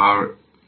Vx হল 0